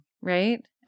right